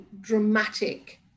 dramatic